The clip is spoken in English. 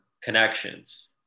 connections